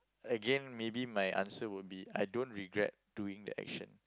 again maybe my answer will be I don't regret doing that action